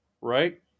right